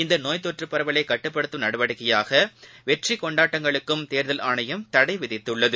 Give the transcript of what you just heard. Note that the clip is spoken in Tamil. இந்தநோய் தொற்றுப் பரவலைகட்டுப்படுத்தும் நடவடிக்கையாகவெற்றிகொண்டாட்டங்களுக்கும் தேர்தல் ஆணையம் தடைவிதித்துள்ளது